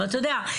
אתה יודע,